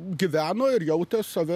gyveno ir jautė save